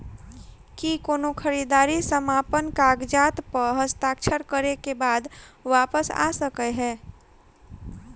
की कोनो खरीददारी समापन कागजात प हस्ताक्षर करे केँ बाद वापस आ सकै है?